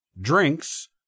drinks